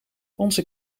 onze